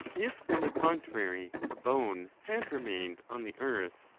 if, on the contrary, a bone had remained on the earth,